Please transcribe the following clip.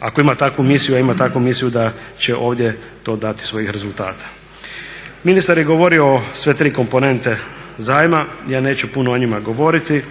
ako ima takvu misiju a ima takvu misiju da će ovdje to dati svojih rezultata. Ministar je govorio o sve tri komponente zajma, ja neću puno o njima govoriti